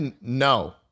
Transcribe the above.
No